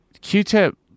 Q-Tip